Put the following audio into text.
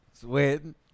Sweating